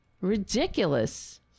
Ridiculous